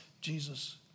Jesus